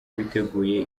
biteguye